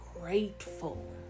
grateful